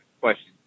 question